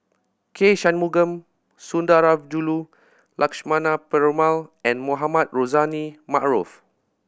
K Shanmugam Sundarajulu Lakshmana Perumal and Mohamed Rozani Maarof